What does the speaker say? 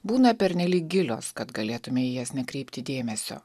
būna pernelyg gilios kad galėtume į jas nekreipti dėmesio